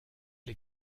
les